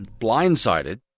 blindsided